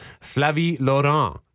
Flavie-Laurent